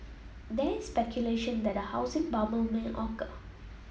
there is speculation that a housing bubble may occur